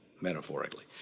metaphorically